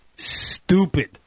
stupid